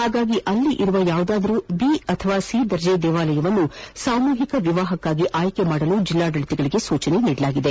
ಹಾಗಾಗಿ ಅಲ್ಲಿರುವ ಯಾವುದಾದರೂ ಬಿ ಅಥವಾ ಸಿ ದರ್ಜೆಯ ದೇವಾಲಯವನ್ನು ಸಾಮೂಹಿಕ ವಿವಾಹಕ್ಕಾಗಿ ಅಯ್ಕೆ ಮಾಡಲು ಜಿಲ್ಲಾಡಳಿತಗಳಿಗೆ ಸೂಚಿಸಲಾಗಿದೆ